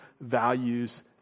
values